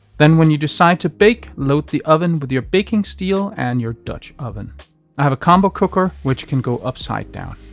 then when you decide to bake, load the oven with your baking steel and your dutch oven. i have a combo cooker which can go upside-down,